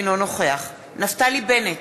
אינו נוכח נפתלי בנט,